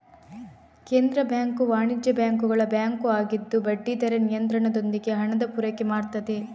ಕೇಂದ್ರ ಬ್ಯಾಂಕು ವಾಣಿಜ್ಯ ಬ್ಯಾಂಕುಗಳ ಬ್ಯಾಂಕು ಆಗಿದ್ದು ಬಡ್ಡಿ ದರ ನಿಯಂತ್ರಣದೊಂದಿಗೆ ಹಣದ ಪೂರೈಕೆ ಮಾಡ್ತದೆ